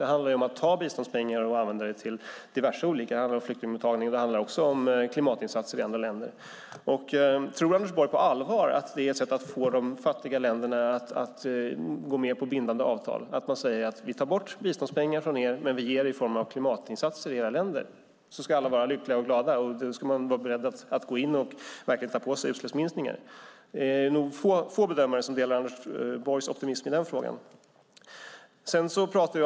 Det handlar om att ta biståndspengar och använda dem till diverse olika saker, till exempel flyktingmottagning och också klimatinsatser i andra länder. Tror Anders Borg på allvar att det är ett sätt att få de fattiga länderna att gå med på bindande avtal att säga att vi tar bort biståndspengar från er men ger i form av klimatinsatser i era länder? Då ska alltså alla vara lyckliga och glada och beredda att gå in och ta på sig utsläppsminskningar. Det är nog få bedömare som delar Anders Borgs optimism i den frågan.